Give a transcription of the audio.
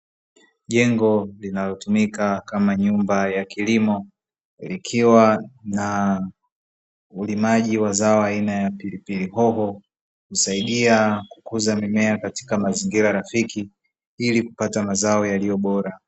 Jengo linalotumika kama nyumba ya kilimo, likiwa na ulimaji wa zao aina ya pilipili hoho; husaidia kukuza mimea katika mazingira rafiki ili kupata mazao yaliyo bora.